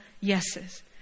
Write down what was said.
yeses